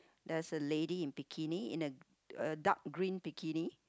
there's a lady in bikini in a a dark green bikini